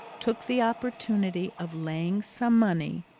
took the opportunity of laying some money,